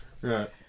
Right